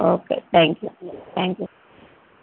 okay thank you thank you